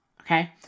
Okay